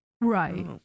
Right